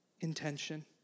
intention